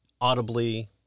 audibly